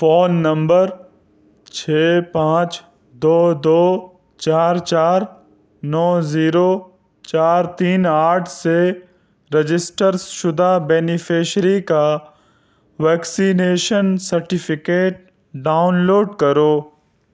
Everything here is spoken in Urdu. فون نمبر چھ پانچ دو دو چار چار نو زیرو چار تین آٹھ سے رجسٹر شدہ بینیفشیری کا ویکسینیشن سرٹیفکیٹ ڈاؤنلوڈ کرو